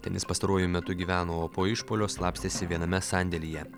ten jis pastaruoju metu gyveno o po išpuolio slapstėsi viename sandėlyje